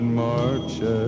march